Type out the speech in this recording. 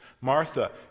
Martha